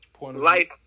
life